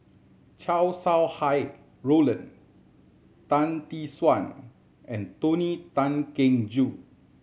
Chow Sau Hai Roland Tan Tee Suan and Tony Tan Keng Joo